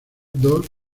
dos